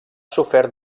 sofert